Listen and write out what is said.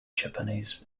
japanese